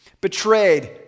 betrayed